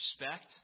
respect